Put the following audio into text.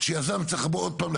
שיזם צריך לבוא עוד פעם,